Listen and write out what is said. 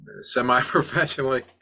semi-professionally